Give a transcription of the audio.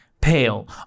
pale